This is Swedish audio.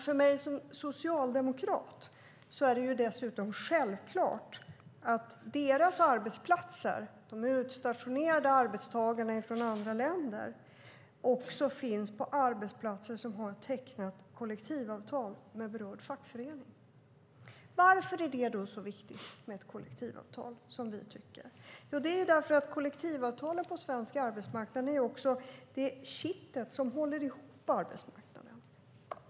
För mig som socialdemokrat är det dessutom självklart att de utstationerade arbetstagarna också ska finnas på arbetsplatser som har tecknat kollektivavtal med berörd fackförening. Varför är det då så viktigt med kollektivavtal? Jo, det är för att kollektivavtalen på svensk arbetsmarknad är kittet som håller ihop arbetsmarknaden.